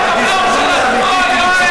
ואני לא רוצה להביא אותם אלינו.